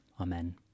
amen